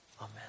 Amen